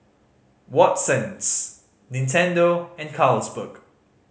Watsons Nintendo and Carlsberg